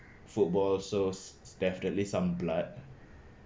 football so definitely some blood